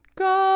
go